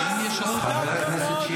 אתה תכף עולה לדבר,